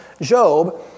Job